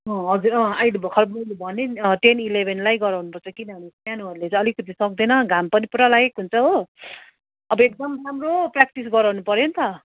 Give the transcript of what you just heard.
अँ हजुर अँ अहिले भर्खर मैले भने नि टेन इलेभेनलाई गराउनुपर्छ किनभने सानोहरूले चाहिँ अलिकति सक्दैन घाम पनि पुरा लागेको हुन्छ हो अब एकदम राम्रो प्र्याक्टिस गराउनु पर्यो नि त